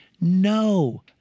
No